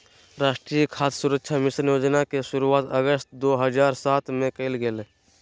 राष्ट्रीय खाद्य सुरक्षा मिशन योजना के शुरुआत अगस्त दो हज़ार सात में कइल गेलय